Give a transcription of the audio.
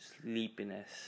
sleepiness